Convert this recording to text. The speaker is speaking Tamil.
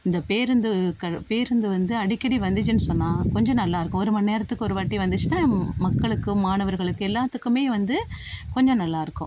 இந்த பேருந்துகள் பேருந்து வந்து அடிக்கடி வந்துச்சுன்னு சொன்னால் கொஞ்சம் நல்லா இருக்கும் ஒரு மணி நேரத்துக்கு ஒரு வாட்டி வந்துச்சுன்னால் மக்களுக்கு மாணவர்களுக்கு எல்லாத்துக்குமே வந்து கொஞ்சம் நல்லாயிருக்கும்